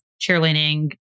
cheerleading